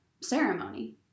ceremony